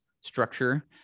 structure